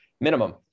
minimum